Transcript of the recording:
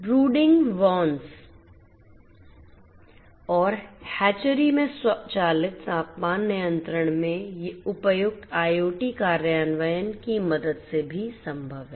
brooding barns और hatchery में स्वचालित तापमान नियंत्रण ये उपयुक्त आईओटी कार्यान्वयन की मदद से भी संभव है